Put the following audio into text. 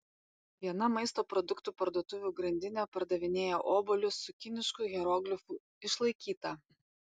viena maisto produktų parduotuvių grandinė pardavinėja obuolius su kinišku hieroglifu išlaikyta